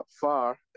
far